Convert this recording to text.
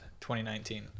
2019